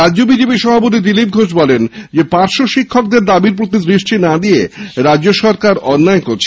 রাজ্য বিজেপি সভাপতি সাংসদ দিলীপ ঘোষ বলেন পার্শ্বশিক্ষকদের দাবির প্রতি দৃষ্টি না দিয়ে রাজ্য সরকার অন্যায় করছে